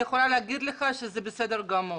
אני יכולה לומר לך שזה בסדר גמור.